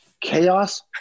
Chaos